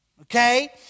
Okay